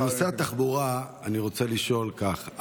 בנושא התחבורה אני רוצה לשאול כך,